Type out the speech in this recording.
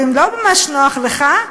ואם לא ממש נוח לך,